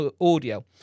audio